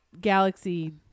Galaxy